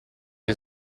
dei